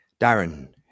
Darren